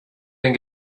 den